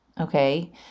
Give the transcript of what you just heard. Okay